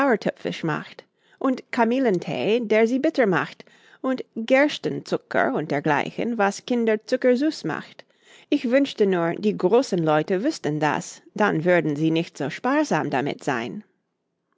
sauertöpfisch macht und kamillenthee der sie bitter macht und gerstenzucker und dergleichen was kinder zuckersüß macht ich wünschte nur die großen leute wüßten das dann würden sie nicht so sparsam damit sein